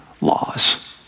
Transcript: laws